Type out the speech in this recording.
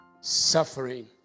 suffering